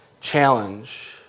challenge